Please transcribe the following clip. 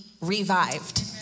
revived